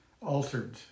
altered